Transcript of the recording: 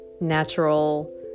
natural